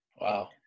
Wow